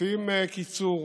רוצים קיצור,